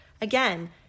Again